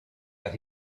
that